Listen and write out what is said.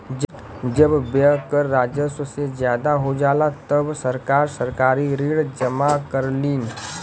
जब व्यय कर राजस्व से ज्यादा हो जाला तब सरकार सरकारी ऋण जमा करलीन